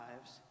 lives